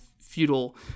feudal